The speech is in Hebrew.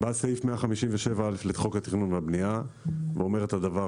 סעיף 157א לחוק התכנון והבנייה אומר כך: